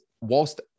whilst